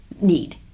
need